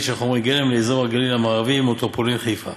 של חומרי גלם לאזור הגליל המערבי ומטרופולין חיפה.